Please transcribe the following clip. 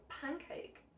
pancake